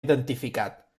identificat